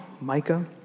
Micah